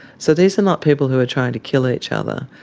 so these are not people who are trying to kill each other.